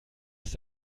ist